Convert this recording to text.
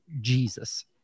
Jesus